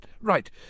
Right